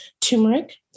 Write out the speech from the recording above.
turmeric